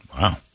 Wow